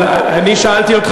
אבל אני שאלתי אותך,